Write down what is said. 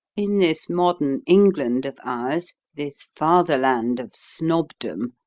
in this modern england of ours, this fatherland of snobdom,